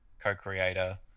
co-creator